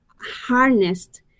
harnessed